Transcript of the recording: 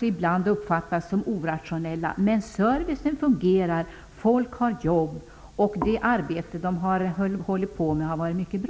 de kan uppfattas som orationella. Men servicen fungerar, folk har jobb och det arbete som utförts har varit mycket bra.